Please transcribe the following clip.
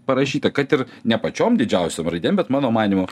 parašyta kad ir ne pačiom didžiausiom raidėm bet mano manymu